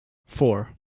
four